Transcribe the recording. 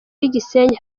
gisenyi